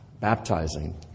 baptizing